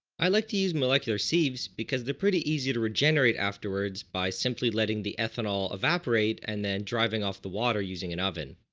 i like to use molecular sieves because they're pretty easy to regenerate afterwards by simply letting the ethanol evaporate and then driving off the water using an oven.